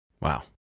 Wow